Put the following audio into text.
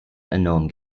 enorm